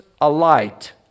alight